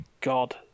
God